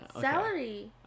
salary